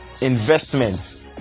investments